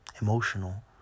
emotional